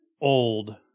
old